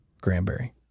Granberry